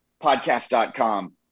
podcast.com